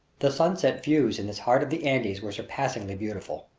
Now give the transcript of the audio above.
the sunset views in this heart of the andes were surpassingly beautiful.